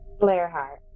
Blairheart